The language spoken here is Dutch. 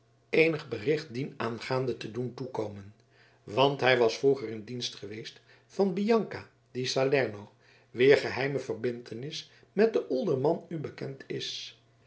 eenig bericht dienaangaande te doen toekomen want hij was vroeger in dienst geweest van bianca di salerno wier geheime verbintenis met den olderman u bekend is